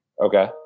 Okay